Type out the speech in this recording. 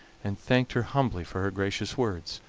and thanked her humbly for her gracious words.